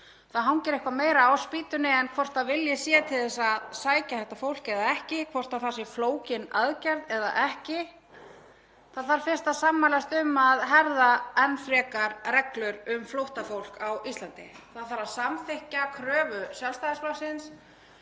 Það hangir eitthvað meira á spýtunni en það hvort vilji sé til þess að sækja þetta fólk eða ekki, hvort það sé flókin aðgerð eða ekki. Það þarf fyrst að sammælast um að herða enn frekar reglur um flóttafólk á Íslandi. Það þarf að samþykkja kröfu Sjálfstæðisflokksins